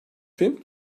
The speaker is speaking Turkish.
film